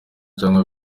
cyangwa